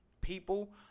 people